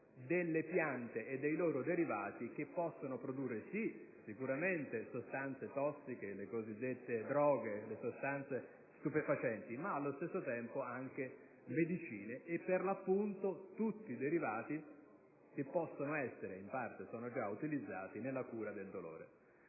delle piante, e dei loro derivati, che possono produrre sostanze sicuramente tossiche (le cosiddette droghe e le sostanze stupefacenti) ma, allo stesso tempo, medicine e per l'appunto tutti i derivati che in parte sono già utilizzati nella cura del dolore.